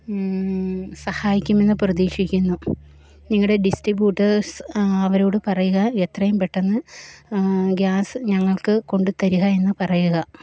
സഹായിക്കുമെന്ന് പ്രതീക്ഷിക്കുന്നു നിങ്ങളുടെ ഡിസ്ട്രിബ്യൂട്ടേഴ്സ് അവരോട് പറയുക എത്രയും പെട്ടെന്ന് ഗ്യാസ് ഞങ്ങൾക്ക് കൊണ്ടുതരിക എന്നു പറയുക